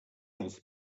also